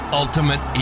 ultimate